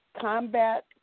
combat